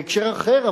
אומנם בהקשר אחר,